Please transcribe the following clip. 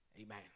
Amen